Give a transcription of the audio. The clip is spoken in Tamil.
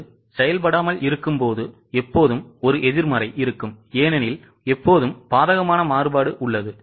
அதுசெயல்படாமல் இருக்கும்போது எப்போதும் ஒரு எதிர்மறை ஏனெனில் எப்போதும் பாதகமான மாறுபாடு உள்ளது